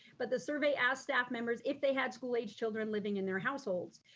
but the survey asked staff members if they had school-aged children living in their households.